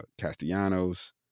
Castellanos